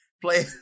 play